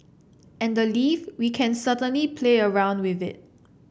and the leave we can certainly play around with it